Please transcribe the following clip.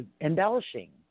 embellishing